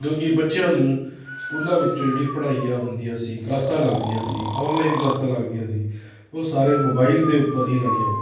ਕਿਉਂਕਿ ਬੱਚਿਆਂ ਨੂੰ ਸਕੂਲਾਂ ਵਿੱਚੋਂ ਜਿਹੜੀ ਪੜ੍ਹਾਈਆਂ ਹੁੰਦੀਆਂ ਸੀ ਕਲਾਸਾਂ ਲੱਗਦੀਆਂ ਸੀ ਔਨਲਾਈਨ ਕਲਾਸਾਂ ਲੱਗਦੀਆਂ ਸੀ ਉਹ ਸਾਰੇ ਮੋਬਾਈਲ ਦੇ ਉੱਪਰ ਹੀ ਲਾਉਣੀਆਂ ਪੈਂਦੀਆਂ